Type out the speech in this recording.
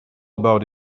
about